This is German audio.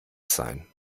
sein